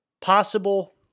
Possible